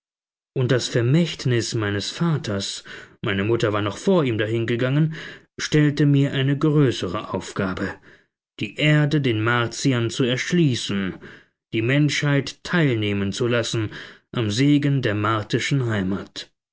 und das vermächtnis meines vaters meine mutter war noch vor ihm dahingegangen stellte mir eine größere aufgabe die erde den martiern zu erschließen die menschheit teilnehmen zu lassen am segen der martischen heimat